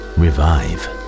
revive